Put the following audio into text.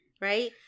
Right